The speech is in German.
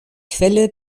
quelle